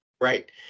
Right